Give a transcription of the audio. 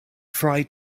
fry